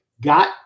got